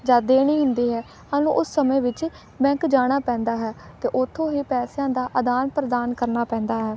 ਜਾਂ ਦੇਣੀ ਹੁੰਦੀ ਹੈ ਸਾਨੂੰ ਉਸ ਸਮੇਂ ਵਿੱਚ ਬੈਂਕ ਜਾਣਾ ਪੈਂਦਾ ਹੈ ਅਤੇ ਉੱਥੋਂ ਹੀ ਪੈਸਿਆਂ ਦਾ ਆਦਾਨ ਪ੍ਰਦਾਨ ਕਰਨਾ ਪੈਂਦਾ ਹੈ